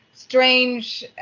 strange